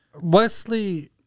Wesley